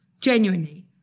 genuinely